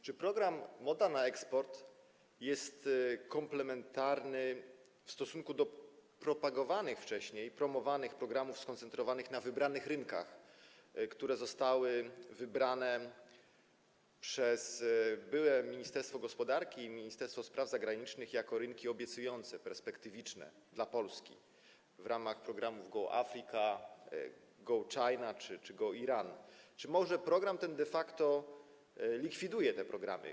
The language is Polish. Czy program „Moda na eksport” jest komplementarny w stosunku do wcześniej propagowanych, promowanych programów skoncentrowanych na wybranych rynkach, które zostały wybrane przez byłe Ministerstwo Gospodarki i Ministerstwo Spraw Zagranicznych jako rynki obiecujące, perspektywiczne dla Polski w ramach programu „Go Africa”, „Go China” czy „Go Iran”, czy może program ten de facto likwiduje te programy?